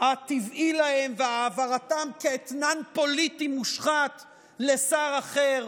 הטבעי להם והעברתם כאתנן פוליטי מושחת לשר אחר.